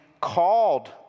called